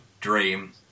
dream